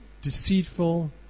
deceitful